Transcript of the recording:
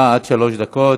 בבקשה, עד שלוש דקות.